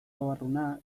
babarruna